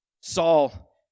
Saul